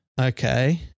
Okay